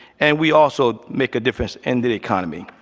and we also make a difference in the economy.